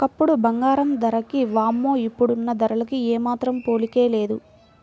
ఒకప్పుడు బంగారం ధరకి వామ్మో ఇప్పుడున్న ధరలకు ఏమాత్రం పోలికే లేదు